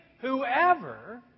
whoever